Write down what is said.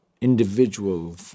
individual